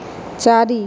ଚାରି